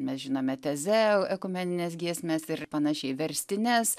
mes žinome tezė ekumenines giesmes ir panašiai verstines